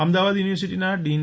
અમદાવાદ યુનિવર્સિટીના ડીન